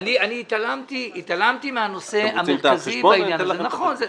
אני התעלמתי מהנושא המרכזי בעניין הזה.